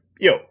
yo